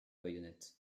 bayonnette